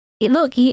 Look